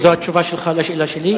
זו התשובה שלך על השאלה שלי?